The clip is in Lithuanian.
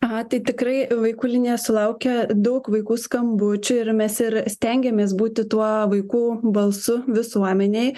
aha tai tikrai vaikų linija sulaukia daug vaikų skambučių ir mes ir stengiamės būti tuo vaikų balsu visuomenei